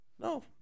No